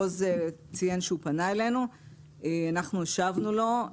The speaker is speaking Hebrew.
עוז ציין שהוא פנה אלינו ואנחנו השבנו לו.